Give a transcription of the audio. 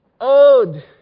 Ode